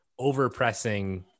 overpressing